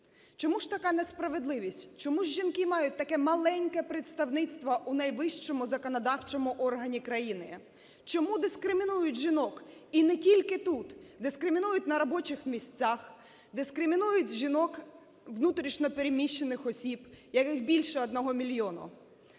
Чому ж така несправедливість? Чому жінки мають таке маленьке представництво у найвищому законодавчому органі країни? Чому дискримінують жінок, і не тільки тут, дискримінують на робочих місцях, дискримінують жінок - внутрішньо переміщених осіб, яких більше одного мільйона.